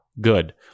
Good